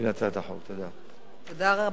תודה רבה לך, שר הפנים אלי ישי.